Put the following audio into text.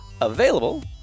available